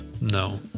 No